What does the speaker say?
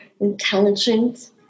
intelligent